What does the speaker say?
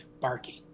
barking